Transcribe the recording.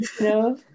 No